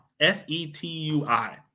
F-E-T-U-I